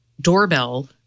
doorbell